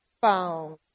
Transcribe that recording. found